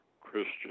Christian